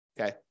Okay